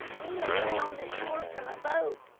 we landed on the shore from a boat.